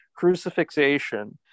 Crucifixation